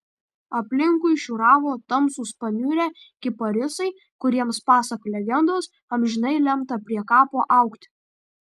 aplinkui šiūravo tamsūs paniurę kiparisai kuriems pasak legendos amžinai lemta prie kapo augti